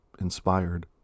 inspired